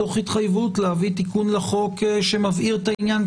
תוך התחייבות להביא תיקון לחוק שמבהיר את העניין.